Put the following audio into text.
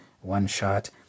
one-shot